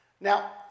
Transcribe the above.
Now